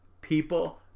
People